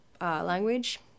language